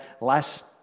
last